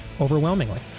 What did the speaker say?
overwhelmingly